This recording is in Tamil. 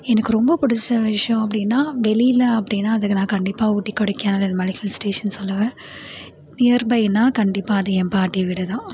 எனக்கு ரொம்ப பிடிச்ச விஷியம் அப்படினா வெளியில அப்படின்னா அதுக்கு நான் கண்டிப்பா ஊட்டி கொடைக்கானல் இது மாதிரி ஹில் ஸ்டேஷன் சொல்லுவேன் நியர்பைனால் கண்டிப்பா அது என் பாட்டி வீடுதான்